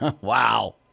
Wow